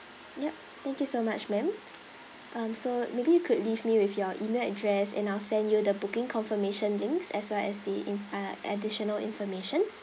yup thank you so much ma'am um so maybe you could leave me with your email address and I'll send you the booking confirmation links as well as the in uh additional information